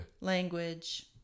language